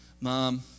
Mom